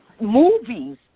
movies